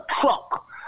truck